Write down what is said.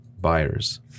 buyers